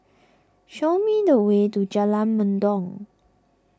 show me the way to Jalan Mendong